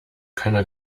keiner